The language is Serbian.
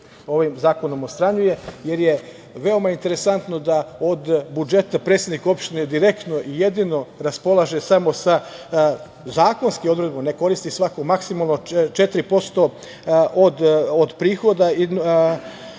ovim zakonom odstranjuje. Veoma je interesantno da od budžeta predsednik opštine direktno i jedino raspolaže samo sa zakonskom odredbom, ne koristi svaku maksimalno, 4% od tekuće